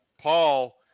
Paul –